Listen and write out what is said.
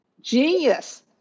genius